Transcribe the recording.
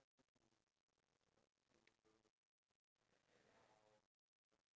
scared or not I'm just so interested to see you be that way